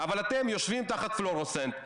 אבל אתם יושבים תחת פלורסנט,